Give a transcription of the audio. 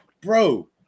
bro